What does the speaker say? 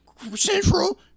Central